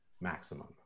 maximum